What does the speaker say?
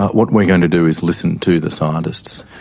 ah what we're going to do is listen to the scientists,